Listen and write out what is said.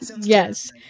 Yes